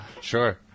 sure